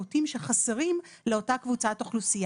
אני רואה שירותים שחסרים לאותה קבוצת אוכלוסייה.